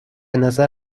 نظر